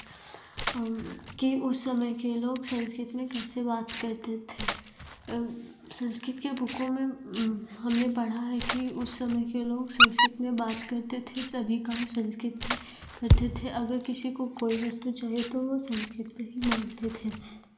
कि उस समय के लोग संस्कृत में कैसे बात करते थे संस्कृत के बुकों में हमने पढ़ा है कि उस समय के लोग संस्कृत में बात करते थे सभी काम संस्कृत में करते थे अगर किसी को कोई वस्तु चाहिए तो वह संस्कृत में ही माँगते थे